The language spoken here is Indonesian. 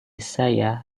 saya